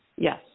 Yes